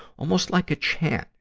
almost like a chant,